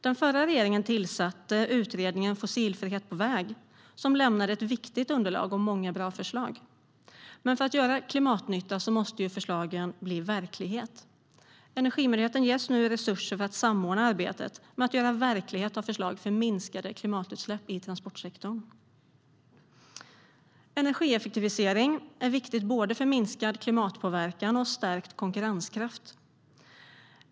Den förra regeringen tillsatte en utredning, som i betänkandet Fossilfrihet på väg lämnade viktigt underlag och många bra förslag. Men för att göra klimatnytta måste förslagen bli verklighet. Energimyndigheten ges nu resurser för att samordna arbetet med att göra verklighet av förslag för minskade klimatutsläpp i transportsektorn. Energieffektivisering är viktigt för både minskad miljöpåverkan och stärkt konkurrenskraft.